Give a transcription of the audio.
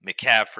McCaffrey